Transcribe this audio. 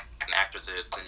Actresses